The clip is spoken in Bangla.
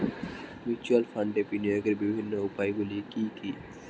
মিউচুয়াল ফান্ডে বিনিয়োগের বিভিন্ন উপায়গুলি কি কি?